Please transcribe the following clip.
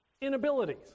inabilities